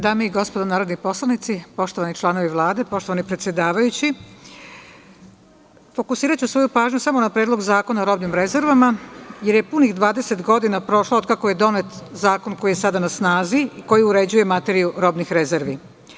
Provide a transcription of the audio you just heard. Dame i gospodo narodni poslanici, poštovani članovi Vlade, poštovani predsedavajući, fokusiraću svoju pažnju samo na Predlog zakona o robnim rezervama jer je punih 20 godina prošlo od kako je donet zakon koji je sada na snazi i koji uređuje materiju robnih rezervi.